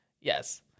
Yes